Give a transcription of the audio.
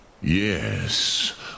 Yes